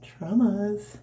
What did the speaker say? traumas